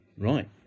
Right